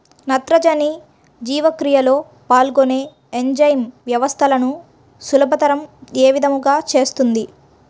నత్రజని జీవక్రియలో పాల్గొనే ఎంజైమ్ వ్యవస్థలను సులభతరం ఏ విధముగా చేస్తుంది?